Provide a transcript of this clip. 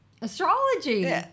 Astrology